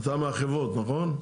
אתה מהחברות, נכון?